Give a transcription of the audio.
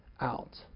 out